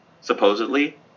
supposedly